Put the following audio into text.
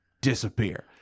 disappear